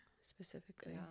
specifically